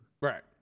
Right